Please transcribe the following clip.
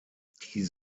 die